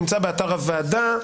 נמצא באתר הוועדה.